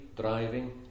driving